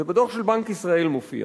זה מופיע